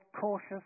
cautious